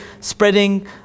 spreading